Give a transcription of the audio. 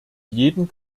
jeden